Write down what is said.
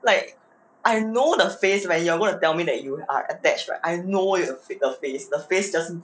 like I know the face where you're gonna tell me that you are attached right I know your~ the face the face just